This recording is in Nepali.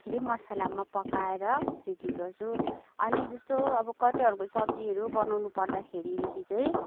फेरी मसलामा पकाएर रेडी गर्छु अनि जस्तो अब कटहरको सब्जीहरू बनाउनु पर्दाखेरिदेखि चाहिँ